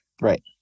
Right